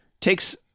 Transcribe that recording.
takes